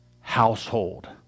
household